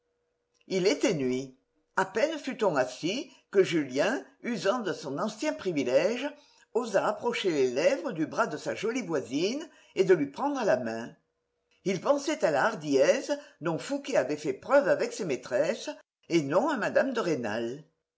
il était nuit à peine fut on assis que julien usant de son ancien privilège osa approcher les lèvres du bras de sa jolie voisine et lui prendre la main il pensait à la hardiesse dont fouqué avait fait preuve avec ses maîtresses et non à mme de rênal